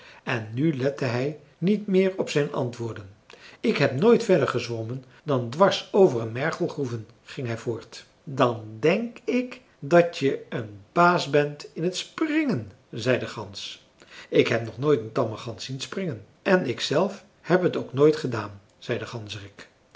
en nu lette hij niet meer op zijn antwoorden ik heb nooit verder gezwommen dan dwars over een mergelgroeve ging hij voort dan denk ik dat je een baas bent in t springen zei de gans ik heb nog nooit een tamme gans zien springen en ik zelf heb het ook nooit gedaan zei de